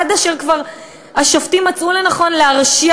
עד אשר כבר השופטים מצאו לנכון להרשיע